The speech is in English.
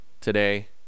today